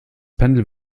pendel